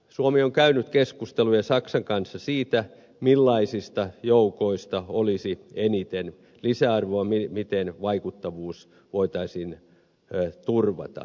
suomi on käynyt keskusteluja saksan kanssa siitä millaisista joukoista olisi eniten lisäarvoa miten vaikuttavuus voitaisiin turvata